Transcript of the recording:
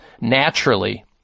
naturally